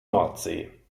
nordsee